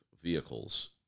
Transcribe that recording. vehicles